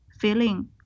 feeling